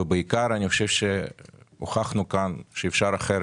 בעיקר אני חושב שהוכחנו כאן שאפשר אחרת.